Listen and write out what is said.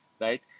right